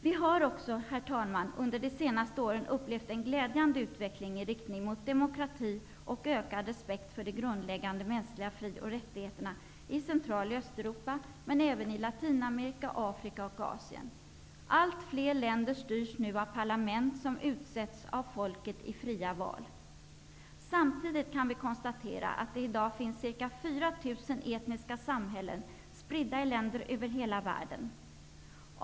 Vi har också, herr talman, under de senaste åren upplevt en glädjande utveckling i riktning mot demokrati och ökad respekt för de grundläggande mänskliga fri och rättigheterna i Central och Östeuropa men även i Latinamerika, Afrika och Asien. Allt fler länder styrs nu av parlament som utsetts av folket i fria val. Samtidigt kan vi konstatera att det i dag finns ca 4 000 etniska samhällen spridda i länder över hela världen.